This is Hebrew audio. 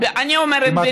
אני אומרת "בריון".